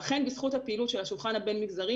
ואכן בזכות הפעילות של השולחן הבין מגזרי